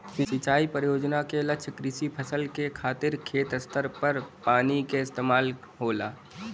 सिंचाई परियोजना क लक्ष्य कृषि फसल के खातिर खेत स्तर पर पानी क इस्तेमाल होला